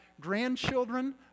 grandchildren